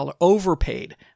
overpaid